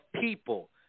people